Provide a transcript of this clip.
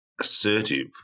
assertive